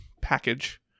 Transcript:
package